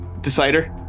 Decider